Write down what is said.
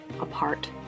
apart